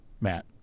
Matt